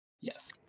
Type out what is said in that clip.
Yes